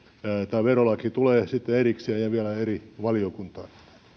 tämä verolaki tulee sitten erikseen ja vielä eri valiokuntaan